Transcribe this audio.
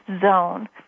zone